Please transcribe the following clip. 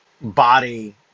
body